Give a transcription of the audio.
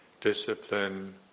discipline